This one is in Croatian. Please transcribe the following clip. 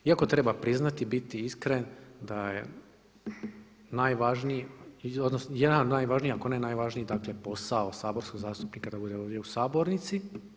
Iako treba priznati i biti iskren da je najvažniji, odnosno jedan od najvažnijih, ako ne najvažniji dakle posao saborskog zastupnika da bude ovdje u sabornici.